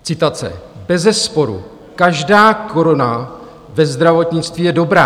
Citace: Bezesporu každá koruna ve zdravotnictví je dobrá.